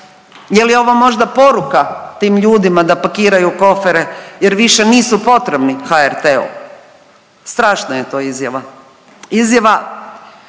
Je li ovo možda poruka tim ljudima da pakiraju kofere jer više nisu potrebni HRT-u? Strašna je to izjava,